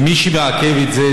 מי שמעכב את זה,